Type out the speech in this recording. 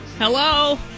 Hello